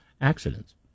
accidents